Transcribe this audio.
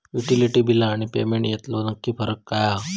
Utility बिला आणि payment यातलो नक्की फरक काय हा?